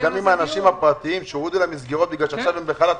גם עם האנשים הפרטיים שהורידו להם מסגרות כי עכשיו הם בחל"ת.